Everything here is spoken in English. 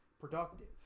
productive